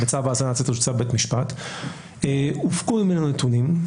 צו האזנת סתר של בית משפט, הופקו ממנו נתונים,